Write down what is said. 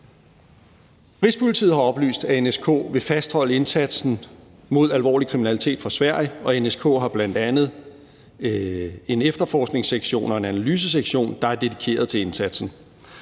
Rigspolitiet har oplyst, at NSK vil fastholde indsatsen mod alvorlig kriminalitet fra Sverige, og NSK har bl.a. en efterforskningssektion og en analysesektion, der er dedikeret til indsatsen.